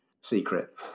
secret